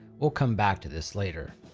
we'll come back to this later.